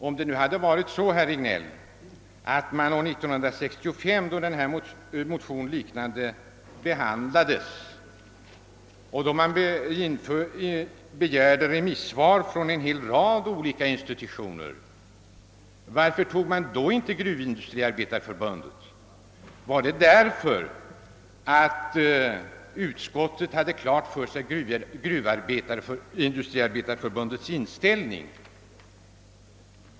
Varför vände man sig inte till även Gruvindustriarbetareförbundet, när man år 1965, då en liknande motion behandlades, infordrade remissvar från en hel rad olika instanser? Var anledningen den att utskottet hade klart för sig detta förbunds inställning?